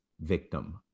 victim